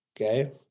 okay